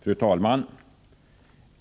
Fru talman!